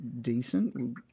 decent